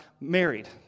Married